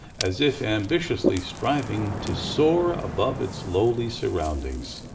as if ambitiously striving to soar above its lowly surroundings.